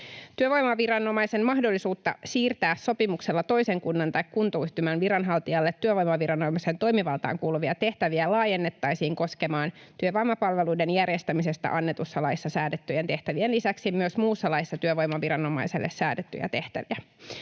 Työvoimaviranomaisen mahdollisuutta siirtää sopimuksella toisen kunnan tai kuntayhtymän viranhaltijalle työvoimaviranomaisen toimivaltaan kuuluvia tehtäviä laajennettaisiin koskemaan työvoimapalveluiden järjestämisestä annetussa laissa säädettyjen tehtävien lisäksi muussa laissa työvoimaviranomaiselle säädettyjä tehtäviä.